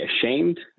ashamed